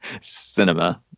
cinema